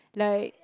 like